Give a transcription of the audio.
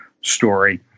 story